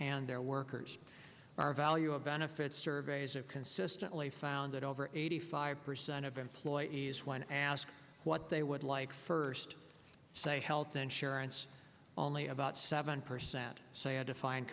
and their workers are value of benefits surveys are consistently found that over eighty five percent of employees when asked what they would like first say health insurance only about seven percent say a defined